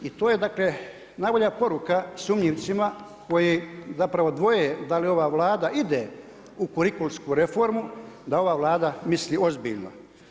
I to je dakle najbolja poruka sumnjivcima koji zapravo dvoje da li ova Vlada ide u kurikulsku reformu, da ova Vlada misli ozbiljno.